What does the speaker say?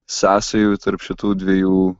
sąsajų tarp šitų dviejų